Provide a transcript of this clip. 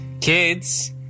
Kids